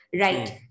right